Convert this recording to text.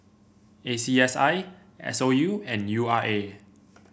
A C S I S O U and U R A